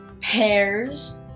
Pears